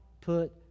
put